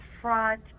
front